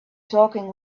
talking